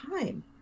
time